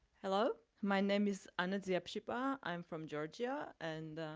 hello, my name is anna dziapshipa, i'm from georgia. and,